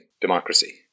democracy